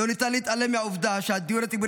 לא ניתן להתעלם מהעובדה שהדיור הציבורי